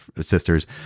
sisters